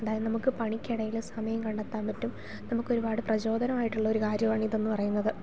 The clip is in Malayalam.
അതായത് നമുക്ക് പണിക്ക് ഇടയിൽ സമയം കണ്ടെത്താൻ പറ്റും നമുക്ക് ഒരുപാട് പ്രചോദനമായിട്ടുള്ള ഒരു കാര്യമാണ് ഇതെന്ന് പറയുന്നത്